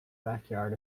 backyard